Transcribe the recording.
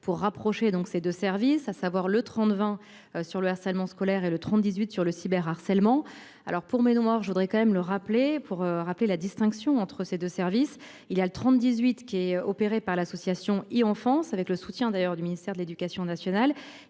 pour rapprocher donc c'est de services, à savoir le 30 20 sur le harcèlement scolaire, et le 30 18 sur le cyber harcèlement alors pour mes noirs. Je voudrais quand même le rappeler pour rappeler la distinction entre ces 2 services il y a le 30 18 qui est opéré par l'association et enfance avec le soutien d'ailleurs du ministère de l'Éducation nationale,